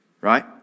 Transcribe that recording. right